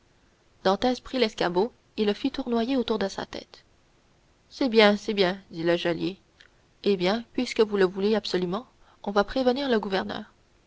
dantès prit l'escabeau et il le fit tournoyer autour de sa tête c'est bien c'est bien dit le geôlier eh bien puisque vous le voulez absolument on va prévenir le gouverneur